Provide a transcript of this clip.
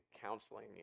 counseling